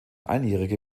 einjährige